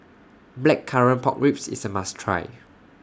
Blackcurrant Pork Ribs IS A must Try